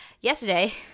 yesterday